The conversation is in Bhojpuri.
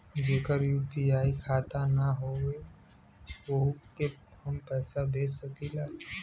जेकर यू.पी.आई खाता ना होई वोहू के हम पैसा भेज सकीला?